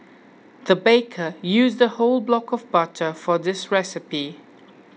the baker used a whole block of butter for this recipe